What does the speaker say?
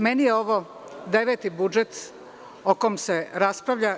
Meni je ovo deveti budžet o kom se raspravlja.